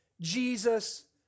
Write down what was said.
Jesus